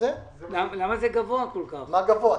מה גבוה?